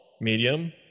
medium